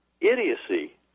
idiocy